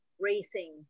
racing